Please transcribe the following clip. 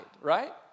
right